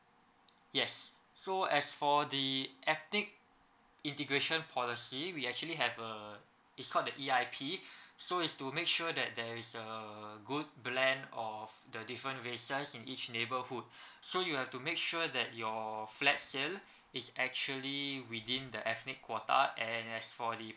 yes so as for the ethnic integration policy we actually have uh it's called the E_I_P so is to make sure that there is a good blend of the different races in each neighbourhood so you have to make sure that your flat sale is actually within the ethnic quota and as for the